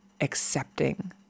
accepting